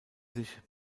sich